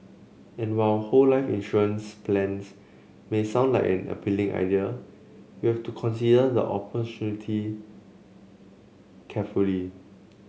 and while whole life insurance plans may sound like an appealing idea you have to consider the opportunity carefully